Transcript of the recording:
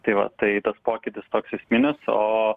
tai va tai tas pokytis toks esminis o